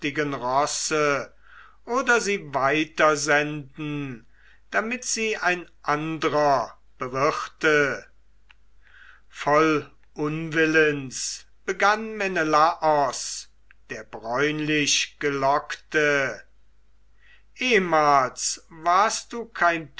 oder sie weitersenden damit sie ein andrer bewirte voll unwillens begann menelaos der bräunlichgelockte ehmals warst du kein